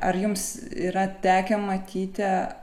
ar jums yra tekę matyti